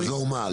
לעזור מה?